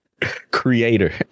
Creator